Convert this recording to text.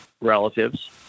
relatives